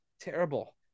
terrible